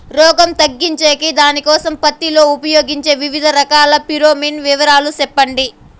రోగం తగ్గించేకి దానికోసం పత్తి లో ఉపయోగించే వివిధ రకాల ఫిరోమిన్ వివరాలు సెప్పండి